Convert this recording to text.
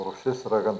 rūšis yra gan